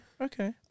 okay